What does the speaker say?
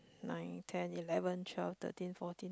nine ten eleven twelve thirteen fourteen